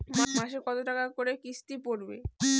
মাসে কত টাকা করে কিস্তি পড়বে?